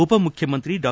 ಉಪಮುಖ್ಯಮಂತ್ರಿ ಡಾ